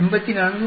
84